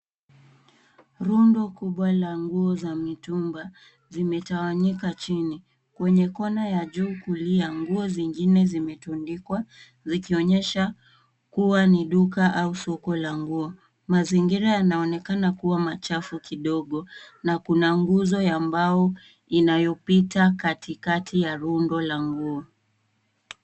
Rundo kubwa la nguo za mitumba zimetawanyika chini. Kwenye kona ya juu, kulia, nguo zingine zimetundikwa zikionyesha kuwa ni duka au soko la nguo. Mazingira yanaonekana kuwa machafu kidogo na kuna nguzo ya mbao inayopita katikati ya rundo la nguo.